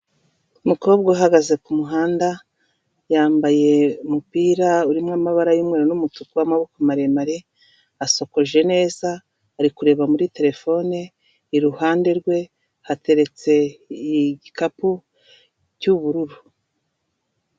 Umukobwa uhagaze ku muhanda yambaye umupira urimo amabara y'umuriro n'umutuku, amaboko maremare. Yasokoje neza, ari kureba muri terefone. Iruhande rwe hateretse igikapu cy'ubururu.